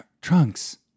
trunks